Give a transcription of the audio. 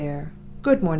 good-morning!